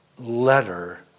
letter